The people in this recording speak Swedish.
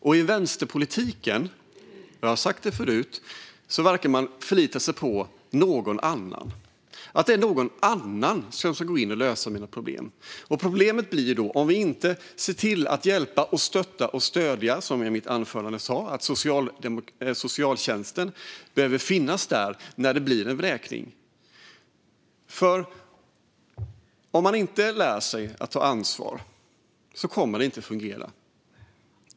I vänsterpolitiken - jag har sagt det förut - verkar man förlita sig på att det är någon annan som ska gå in och lösa mina problem. Problemet blir då att om vi inte ser till att hjälpa, stötta och stödja, som jag sa i mitt anförande, så behöver socialtjänsten finnas där när det blir en vräkning. Om man inte lär sig att ta ansvar kommer det inte att fungera.